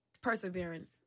perseverance